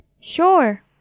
sure